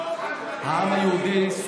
העם היהודי,